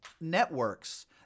networks